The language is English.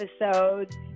episodes